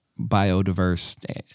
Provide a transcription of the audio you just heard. biodiverse